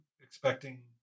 expecting